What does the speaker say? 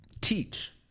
teach